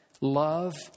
love